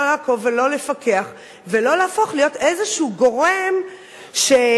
לעקוב ולא לפקח ולא להפוך להיות איזה גורם שבודק